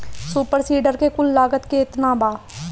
Super seeder के कुल लागत केतना बा?